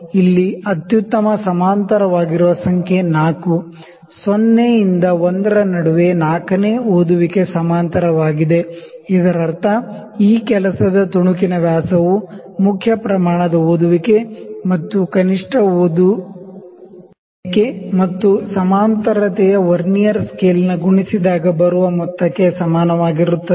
ಇಲ್ಲಿ ಅತ್ಯುತ್ತಮ ಕೋಇನ್ಸೈಡ್ವಾಗಿರುವ ಸಂಖ್ಯೆ 4 0 ರಿಂದ 1 ರ ನಡುವೆ 4 ನೇ ರೀಡಿಂಗ್ ಸಮಾಂತರವಾಗಿದೆ ವಾಗಿದೆ ಇದರರ್ಥ ಈ ಕೆಲಸದ ತುಣುಕಿನ ವ್ಯಾಸವು ಮೇನ್ ಸ್ಕೇಲ್ ದ ರೀಡಿಂಗ್ ಮತ್ತು ಲೀಸ್ಟ್ ಕೌಂಟ್ ಮತ್ತು ಸಮಾಂತರತೆಯ ವರ್ನಿಯರ್ ಸ್ಕೇಲ್ನ ಗುಣಿಸಿದಾಗ ಬರುವ ಮೊತ್ತಕ್ಕೆ ಸಮಾನವಾಗಿರುತ್ತದೆ